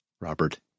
Robert